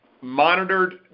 monitored